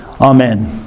Amen